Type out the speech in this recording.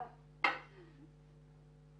אבל יכול להיות שעכשיו